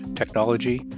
technology